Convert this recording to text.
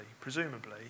presumably